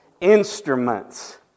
Instruments